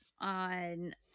on